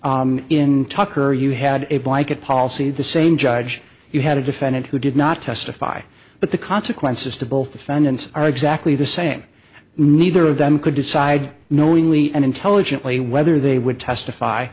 testified in tucker you had a blanket policy the same judge you had a defendant who did not testify but the consequences to both defendants are exactly the same neither of them could decide knowingly and intelligently whether they would testify